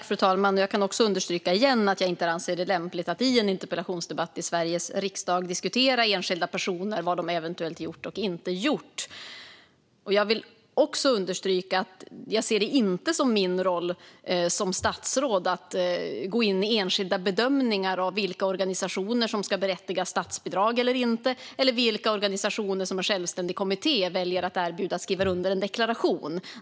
Fru talman! Även jag kan understryka - igen - att jag inte anser det lämpligt att i en interpellationsdebatt i Sveriges riksdag diskutera enskilda personer och vad de eventuellt gjort och inte gjort. Jag vill också understryka att jag inte ser det som min roll som statsråd att gå in i enskilda bedömningar av vilka organisationer som ska berättigas statsbidrag eller inte eller av vilka organisationer en självständig kommitté ska välja att erbjuda att skriva under en deklaration.